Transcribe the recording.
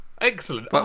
Excellent